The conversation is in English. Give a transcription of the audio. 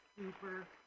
super